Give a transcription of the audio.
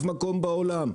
ובאף מקום בעולם.